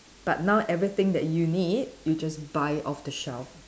but now everything that you need you just buy it off the shelf